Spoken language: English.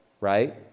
right